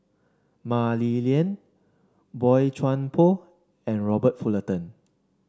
Mah Li Lian Boey Chuan Poh and Robert Fullerton